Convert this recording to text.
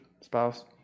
spouse